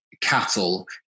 cattle